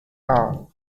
hour